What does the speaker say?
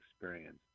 experience